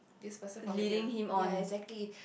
this person from getting ya exactly